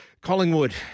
Collingwood